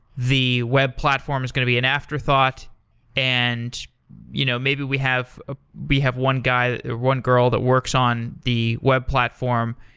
the web platform is going to be an afterthought and you know maybe we have ah have one guy, or one girl that works on the web platform,